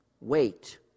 wait